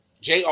JR